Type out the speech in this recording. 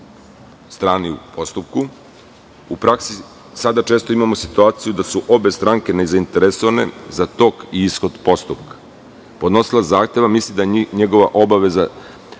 strani u postupku. Sada u praksi često imamo situaciju da su obe stranke nezainteresovane za tok i ishod postupka. Podnosilac zahteva misli da je njegova obaveza